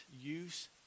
use